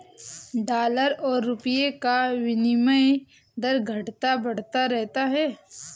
dollar और रूपए का विनियम दर घटता बढ़ता रहता है